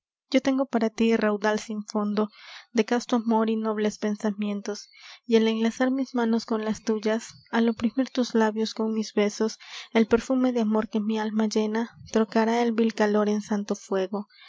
yo tengo para tí raudal sin fondo de casto amor y nobles pensamientos y al enlazar mis manos con las tuyas al oprimir tus labios con mis besos el perfume de amor que mi alma llena trocará el vil calor en santo fuego